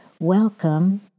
Welcome